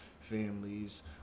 Families